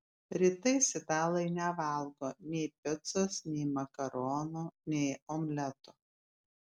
rytais italai nevalgo nei picos nei makaronų nei omletų